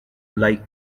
like